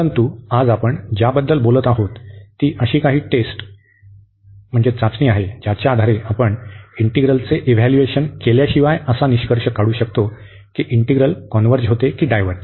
परंतु आज आपण ज्याबद्दल बोलत आहोत ती अशी काही टेस्ट म्हणजे टेस्ट आहे ज्याच्या आधारे आपण इंटीग्रलचे इव्हॅल्यूएशन केल्याशिवाय असा निष्कर्ष काढू शकतो की इंटीग्रल कॉन्व्हर्ज होते की डायव्हर्ज